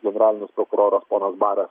generalinis prokuroras ponas baras